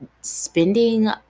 spending